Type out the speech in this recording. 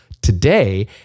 today